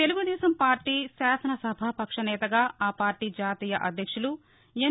Telugu Desam party శాసనసభాపక్ష నేతగా ఆపార్టీ జాతీయ అధ్యక్షులు ఎన్